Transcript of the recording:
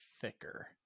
thicker